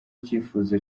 cyifuzo